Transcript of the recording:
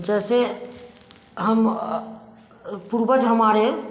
जैसे हम पूर्वज हमारे